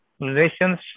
relations